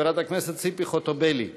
חברת הכנסת ציפי חוטובלי,